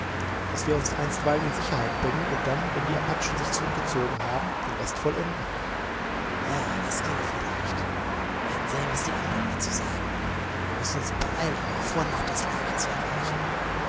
daß wir uns einstweilen in sicherheit bringen und dann wenn die apachen sich zurückgezogen haben den rest vollenden ja das ginge vielleicht werden sehen was die andern dazu sagen wir müssen uns beeilen noch vor nacht das lager zu erreichen